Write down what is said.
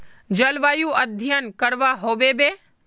जलवायु अध्यन करवा होबे बे?